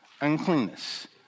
uncleanness